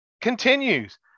continues